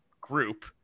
group